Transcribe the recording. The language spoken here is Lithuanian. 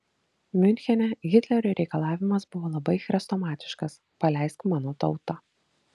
miunchene hitlerio reikalavimas buvo labai chrestomatiškas paleisk mano tautą